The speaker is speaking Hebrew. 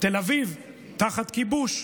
תל אביב תחת כיבוש,